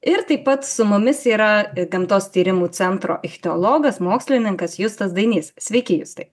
ir taip pat su mumis yra gamtos tyrimų centro ichtiologas mokslininkas justas dainys sveiki justai